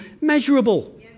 measurable